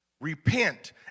repent